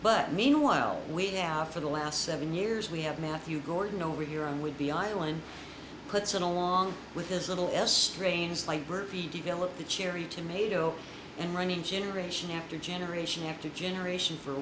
but meanwhile we have for the last seven years we have matthew gordon over here and would be island puts in along with his little estranged library developed a cherry tomato and running generation after generation after generation for